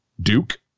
duke